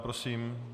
Prosím.